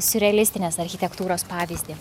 siurrealistinės architektūros pavyzdį